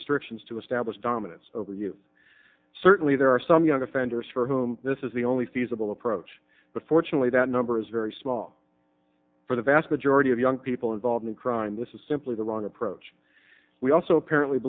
restrictions to establish dominance over you certainly there are some young offenders for whom this is the only feasible approach but fortunately that number is very small for the vast majority of young people involved in crime this is simply the wrong approach we also apparently